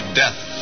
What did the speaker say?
death